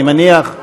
אני מניח.